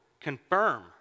confirm